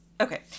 Okay